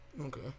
Okay